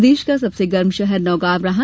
प्रदेश का सबसे गर्म शहर नौगांव रहा